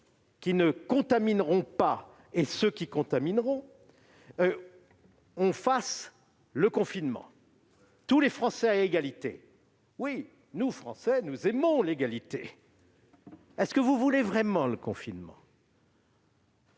qui ne contamineront pas et ceux qui contamineront, un confinement : tous les Français à égalité ! Oui, nous Français, nous aimons l'égalité. Mais voulons-nous vraiment le confinement ?